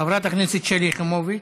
חברת הכנסת שלי יחימוביץ,